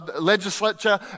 legislature